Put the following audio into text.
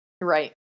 right